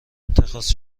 اتخاذ